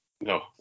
No